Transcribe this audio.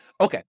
Okay